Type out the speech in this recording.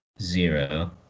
zero